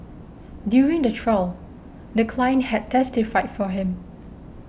during the trial the client had testified for him